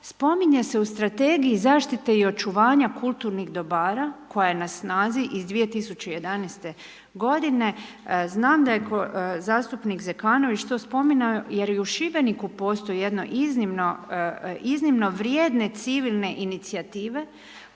spominje se uz strategije zaštite i očuvanja kulturnih dobara, koja je na snazi iz 2011. g. znam da je zastupnik Zekanović to spominjao, jer i u Šibeniku, postoji jedno iznimno vrijedne civilne inicijative,